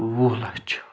وُہ لَچھ